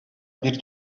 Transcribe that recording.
bir